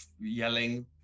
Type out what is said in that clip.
Yelling